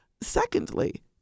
Secondly